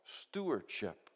stewardship